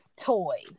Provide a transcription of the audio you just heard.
toys